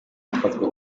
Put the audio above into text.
gufatwa